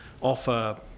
offer